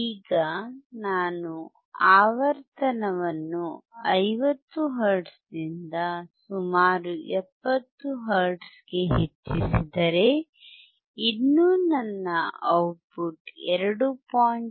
ಈಗ ನಾನು ಆವರ್ತನವನ್ನು 50 ಹರ್ಟ್ಜ್ನಿಂದ ಸುಮಾರು 70 ಹರ್ಟ್ಜ್ಗೆ ಹೆಚ್ಚಿಸಿದರೆ ಇನ್ನೂ ನನ್ನ ಔಟ್ಪುಟ್ 2